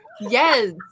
Yes